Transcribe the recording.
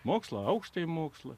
mokslo aukštojo mokslo